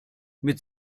mit